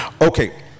Okay